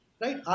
Right